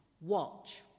Watch